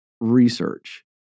research